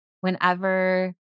whenever